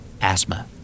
Asthma